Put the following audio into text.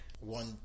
one